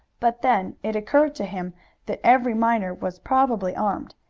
but then it occurred to him that every miner was probably armed,